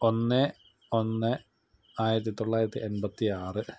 ഒന്ന് ഒന്ന് ആയിരത്തിത്തൊള്ളായിരത്തി എൺപത്തി ആറ്